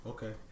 Okay